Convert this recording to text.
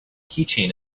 keychain